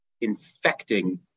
infecting